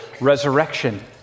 resurrection